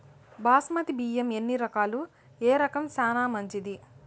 బాస్మతి బియ్యం ఎన్ని రకాలు, ఏ రకం చానా మంచిది?